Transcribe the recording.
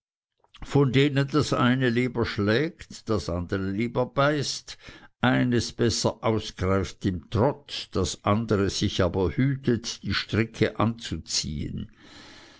von denen das eine lieber schlägt das andere lieber beißt eines besser ausgreift im trott das andere sich aber hütet die stricke anzuziehen